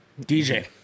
DJ